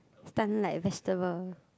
stun like vegetable